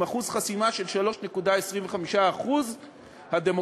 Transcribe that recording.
עם אחוז חסימה של 3.25% הדמוקרטיה